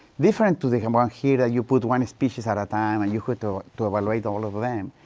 different to the one here, ah, you put one species at a time and you put, ah, to evaluate all of them.